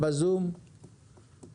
מה אחוז הלוחמים שמקבלים חודש,